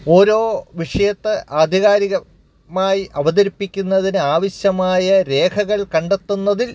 ഓരോ വിഷയത്തെ ആധികാരികമായി അവതരിപ്പിക്കുന്നതിന് ആവശ്യമായ രേഖകൾ കണ്ടെത്തുന്നതിൽ